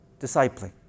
Discipling